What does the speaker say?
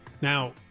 Now